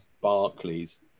Barclays